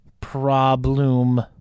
problem